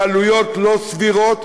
בעלויות לא סבירות,